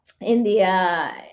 India